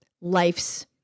life's